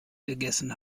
gegessen